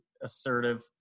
assertive